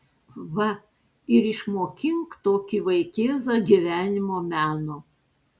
va ir išmokink tokį vaikėzą gyvenimo meno